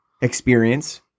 experience